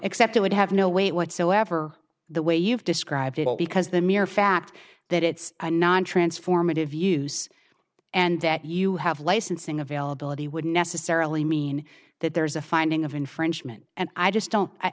except i would have no way whatsoever the way you've described it all because the mere fact that it's a non transformative use and that you have licensing availability would necessarily mean that there's a finding of infringement and i just don't i